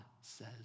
says